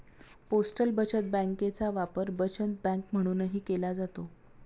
postal बचत बँकेचा वापर बचत बँक म्हणूनही केला जातो